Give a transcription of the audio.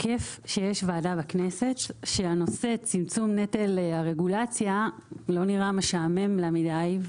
כיף שיש וועדה בכנסת שנושא צמצום נטל הרגולציה לא נראה משעמם לה מידי.